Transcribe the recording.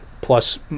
plus